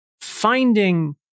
finding